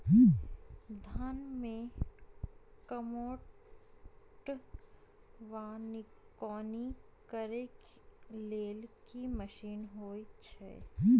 धान मे कमोट वा निकौनी करै लेल केँ मशीन होइ छै?